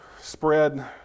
spread